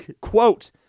quote